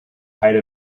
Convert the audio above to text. height